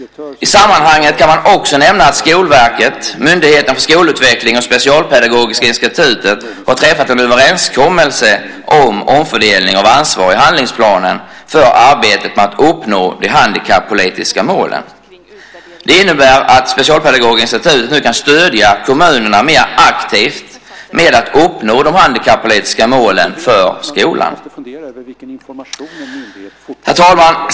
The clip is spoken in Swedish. I sammanhanget kan man också nämna att Skolverket, Myndigheten för skolutveckling och Specialpedagogiska institutet har träffat en överenskommelse om omfördelning av ansvar i handlingsplanen för arbetet med att uppnå de handikappolitiska målen. Det innebär att Specialpedagogiska institutet nu kan stödja kommunerna mer aktivt när det gäller att uppnå de handikappolitiska målen för skolan. Herr talman!